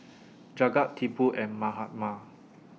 Jagat Tipu and Mahatma